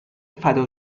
فدا